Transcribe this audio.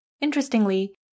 Interestingly